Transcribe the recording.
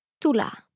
Tula